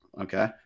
Okay